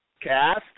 cast